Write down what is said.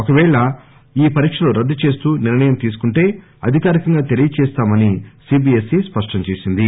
ఒక పేళ ఈ పరీక్షలు రద్దు చేస్తూ నిర్ణయం తీసుకుంటే అధికారికంగా తెలీయచేస్తామని సిబిఎస్ సి స్పష్టం చేసింది